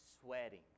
sweating